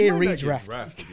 redraft